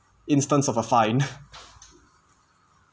instance of a fine